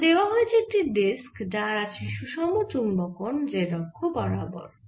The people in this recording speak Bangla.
আমাদের দেওয়া হয়েছে একটি ডিস্ক যার আছে সুষম চুম্বকন z অক্ষ বরাবর